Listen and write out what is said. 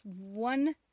one